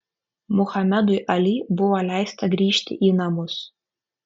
muhamedui ali buvo leista grįžti į namus